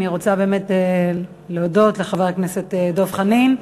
אני רוצה באמת להודות לחבר הכנסת דב חנין.